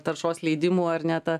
taršos leidimų ar ne ta